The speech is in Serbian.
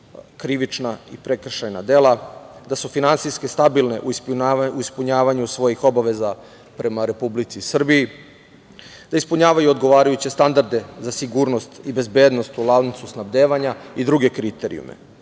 krivična i prekršajna dela, da su finansijski stabilne u ispunjavanju svojih obaveza prema Republici Srbiji, da ispunjavaju odgovarajuće standarde za sigurnost i bezbednost u lancu snabdevanja i druge kriterijume.